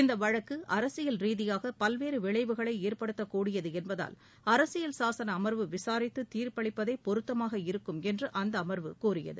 இந்த வழக்கு அரசியல் ரீதியாக பல்வேறு விளைவுகளை ஏற்படுத்தக்கூடியது என்பதால் அரசியல் சாசன அர்வு விசாரித்து தீர்ப்பளிப்பதே பொருத்தமாக இருக்கும் என்று அந்த அர்வு கூறியது